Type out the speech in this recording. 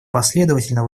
последовательно